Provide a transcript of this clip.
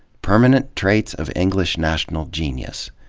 permanent tra its of english national genius.